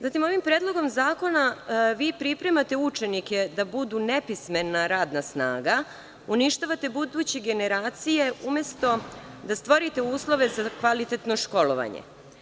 Zatim, ovim predlogom zakona, vi pripremate učenike da budu nepismena radna snaga, uništavate buduće generacije umesto da stvorite uslove za kvalitetno školovanje.